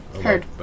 Heard